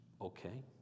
Okay